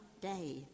day